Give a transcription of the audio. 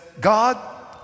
God